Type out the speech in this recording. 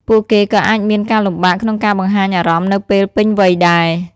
ពួកគេក៏អាចមានការលំបាកក្នុងការបង្ហាញអារម្មណ៍នៅពេលពេញវ័យដែរ។